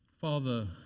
Father